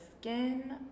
skin